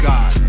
God